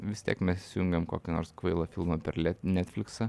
vis tiek mes įsijungiam kokį nors kvailą filmą per le netfliksą